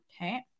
Okay